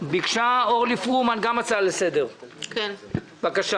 ביקשה אורלי פרומן הצעה לסדר, בבקשה.